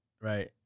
Right